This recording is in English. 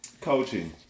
Coaching